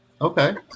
okay